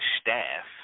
staff